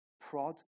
prod